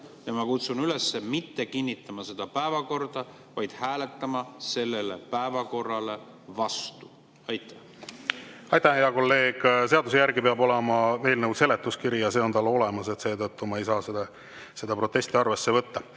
Ja ma kutsun üles mitte kinnitama seda päevakorda, vaid hääletama selle päevakorra vastu. Aitäh, hea kolleeg! Seaduse järgi peab eelnõul olema seletuskiri ja see on olemas. Seetõttu ma ei saa seda protesti arvesse võtta. Käin